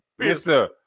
Mr